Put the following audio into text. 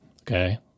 okay